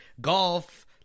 Golf